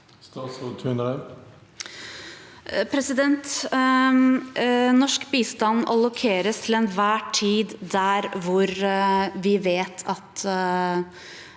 Norsk bistand allokeres til enhver tid der hvor vi vet at